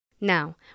Now